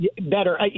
Better